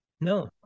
No